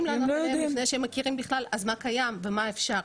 לענות עליה לפני שהם מכירים בכלל מה קיים ומה אפשר.